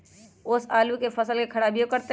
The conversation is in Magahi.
ओस आलू के फसल के खराबियों करतै?